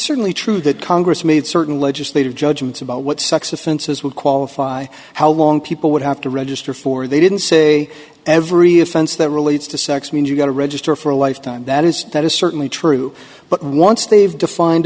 certainly true that congress made certain legislative judgements about what sex offenses would qualify how long people would have to register for they didn't say every offense that relates to sex means you've got to register for a life time that is that is certainly true but once they've defined